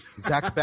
Zach